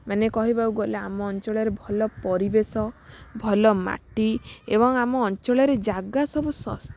ମାନେ କହିବାକୁ ଗଲେ ଆମ ଅଞ୍ଚଳରେ ଭଲ ପରିବେଶ ଭଲ ମାଟି ଏବଂ ଆମ ଅଞ୍ଚଳରେ ଜାଗା ସବୁ ଶସ୍ତା